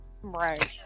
Right